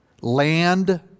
land